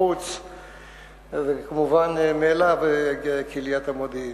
משרד החוץ ומובן מאליו קהיליית המודיעין.